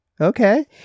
Okay